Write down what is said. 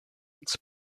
its